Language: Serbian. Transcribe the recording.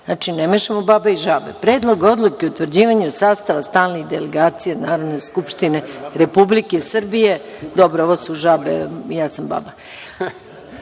Znači, ne mešamo babe i žabe. Predlog odluke o utvrđivanju sastava stalnih delegacija Narodne skupštine Republike Srbije. Dobro, ovo su žabe, ja sam baba.